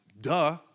duh